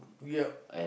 ya